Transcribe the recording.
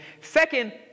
Second